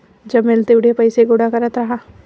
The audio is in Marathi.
जमेल तेवढे पैसे गोळा करत राहा